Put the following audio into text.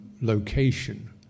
location